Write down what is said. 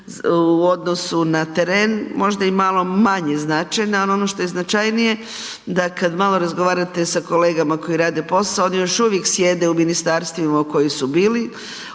u odnosu na teren, možda i malo manje značajna ali ono što je značajnije da kad malo razgovarate sa kolegama koji rade posao, oni još uvijek sjede u ministarstvima u kojima su bili,